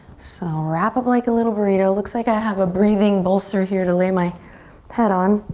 so wrap up like a little burrito. looks like i have a breathing bolster here to lay my head on.